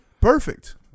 Perfect